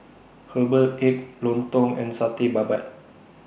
Herbal Egg Lontong and Satay Babat